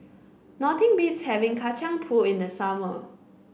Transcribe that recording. nothing beats having Kacang Pool in the summer